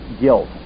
guilt